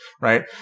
right